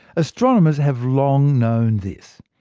astronomers have long known this.